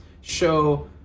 show